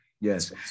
Yes